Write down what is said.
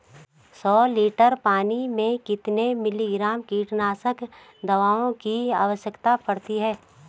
सौ लीटर पानी में कितने मिलीग्राम कीटनाशक दवाओं की आवश्यकता पड़ती है?